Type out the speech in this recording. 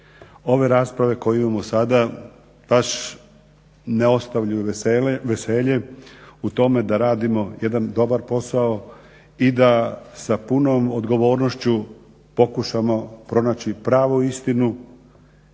Ove rasprave koje imamo sada baš ne ostavljaju veselje u tome da radimo jedan dobar posao i da sa punom odgovornošću pokušamo pronaći pravu istinu